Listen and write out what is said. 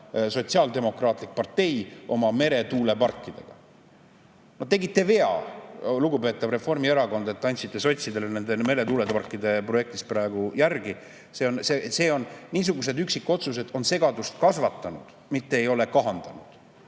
Sotsiaaldemokraatlik Partei oma meretuuleparkidega. No te tegite vea, lugupeetav Reformierakond, et andsite sotsidele nende meretuuleparkide projektis praegu järgi. Niisugused üksikotsused on segadust kasvatanud, mitte kahandanud,